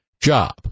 job